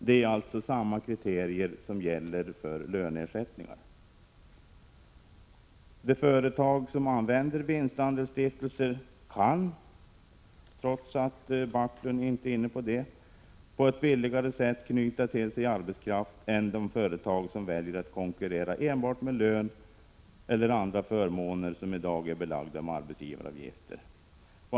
Det är sålunda samma kriterier som gäller för löneersättningar. De företag som använder vinstandelsstiftelser kan, även om man i debatten inte har varit inne på det, på ett billigare sätt knyta till sig arbetskraft än de företag som väljer att konkurrera enbart med lön eller andra förmåner som i dag är belagda med arbetsgivaravgifter.